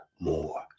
more